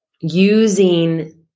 using